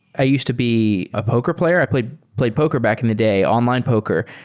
i used to be a poker player. i played played poker back in the day, online poker.